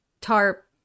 tarp